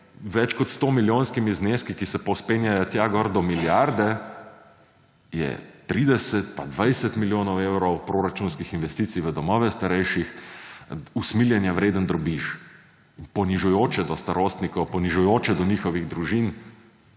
več kot 100-milijonskimi zneski, ki se povzpenjajo tja gor do milijarde je 30 in 20 milijonov evrov proračunskih investicij v domove starejših usmiljenja vreden drobiž. Ponižujoče do starostnikov, ponižujoče do njihovih družin,